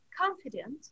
confident